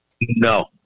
No